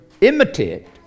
imitate